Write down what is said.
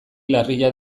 larria